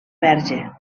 verge